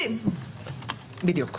בדיוק.